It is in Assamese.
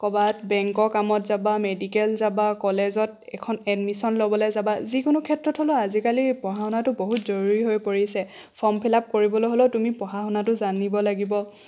ক'ৰবাত বেংকৰ কামত যাবা মেডিকেল যাবা কলেজত এখন এডমিশ্যন ল'বলৈ যাবা যিকোনো ক্ষেত্ৰত হ'লেও আজিকালি পঢ়া শুনাটো বহুত জৰুৰী হৈ পৰিছে ফৰ্ম ফিল আপ কৰিবলৈ হ'লেও তুমি পঢ়া শুনাটো জানিব লাগিব